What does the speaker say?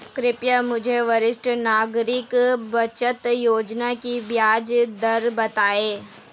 कृपया मुझे वरिष्ठ नागरिक बचत योजना की ब्याज दर बताएं